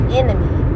enemy